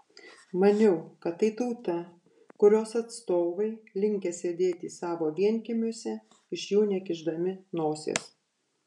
maniau kad tai tauta kurios atstovai linkę sėdėti savo vienkiemiuose iš jų nekišdami nosies